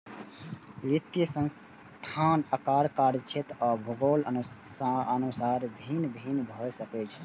वित्तीय संस्थान आकार, कार्यक्षेत्र आ भूगोलक अनुसार भिन्न भिन्न भए सकै छै